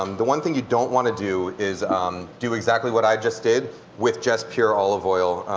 um the one thing you don't want to do is um do exactly what i just did with just pure olive oil.